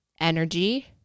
energy